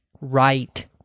right